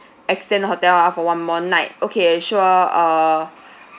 extend the hotel ah for one more night okay sure err